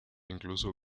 incluso